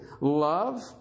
Love